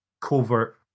covert